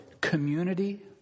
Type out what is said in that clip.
Community